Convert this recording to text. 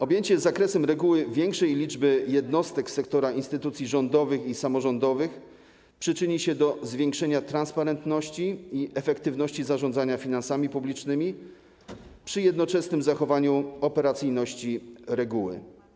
Objęcie zakresem reguły większej liczby jednostek sektora instytucji rządowych i samorządowych przyczyni się do zwiększenia transparentności i efektywności zarządzania finansami publicznymi przy jednoczesnym zachowaniu operacyjności reguły.